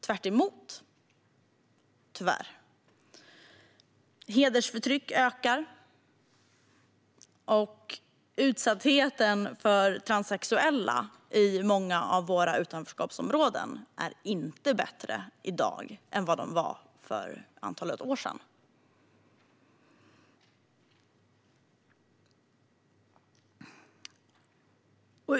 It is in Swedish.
Tvärtom, tyvärr - hedersförtryck ökar, och utsattheten för transsexuella i många av våra utanförskapsområden är inte mindre i dag än den var för ett antal år sedan.